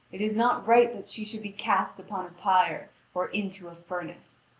it is not right that she should be cast upon a pyre or into a furnace.